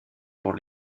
dans